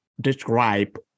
describe